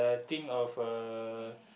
think of uh